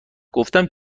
گفتم